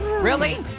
really,